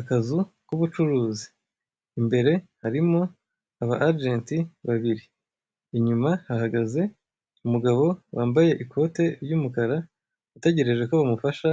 Akazu k'ubucuruzi imbere harimo aba agenti babiri inyuma hahagaze umugabo wambaye ikote ry'umukara utegereje ko bamufasha